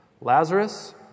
Lazarus